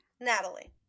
Natalie